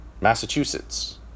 Massachusetts